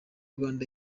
rwanda